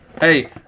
Hey